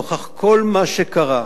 נוכח כל מה שקרה,